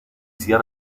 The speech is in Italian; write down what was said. sia